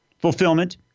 Fulfillment